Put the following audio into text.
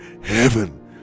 heaven